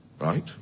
Right